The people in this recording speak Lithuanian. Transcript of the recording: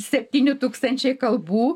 septyni tūkstančiai kalbų